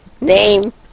name